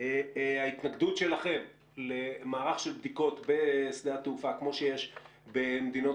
ההתנגדות שלכם למערך של בדיקות בשדה התעופה כמו שיש במדינות